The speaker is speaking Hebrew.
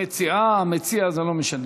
המציעה, המציע, זה לא משנה.